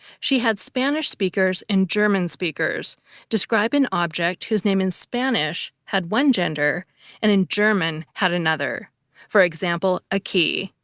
she had spanish speakers and german speakers describe an object whose name in spanish had one gender, and in german had another for example, a key.